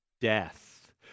death